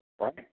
right